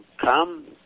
come